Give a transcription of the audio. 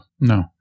No